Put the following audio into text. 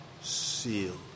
sealed